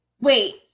wait